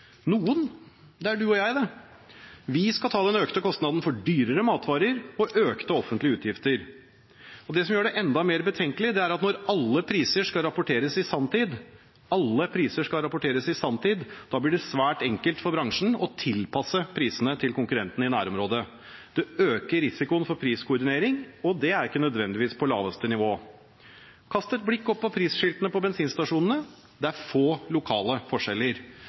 er deg og meg. Vi skal ta den økte kostnaden med dyrere matvarer og økte offentlige utgifter. Det som gjør det enda mer betenkelig, er at når alle priser skal rapporteres i sanntid – alle priser skal rapporteres i sanntid – blir det svært enkelt for bransjen å tilpasse prisene til konkurrentene i nærområdet. Det øker risikoen for priskoordinering, og det er ikke nødvendigvis på laveste nivå. Kast et blikk opp på prisskiltene på bensinstasjonene: Det er få lokale forskjeller.